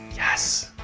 yes.